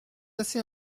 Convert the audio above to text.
assez